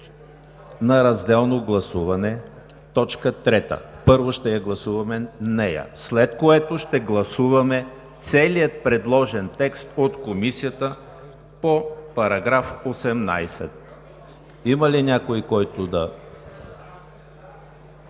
на разделно гласуване т. 3. Първо ще я гласуваме нея, след което ще гласуваме целия предложен текст от Комисията по § 18. Има ли някой, който да